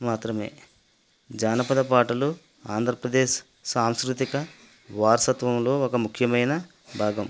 మాత్రమే జానపద పాటలు ఆంద్రప్రదేశ్ సాంస్కృతిక వారసత్వంలో ఒక ముఖ్యమైన భాగం